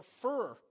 prefer